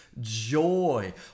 joy